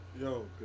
Yo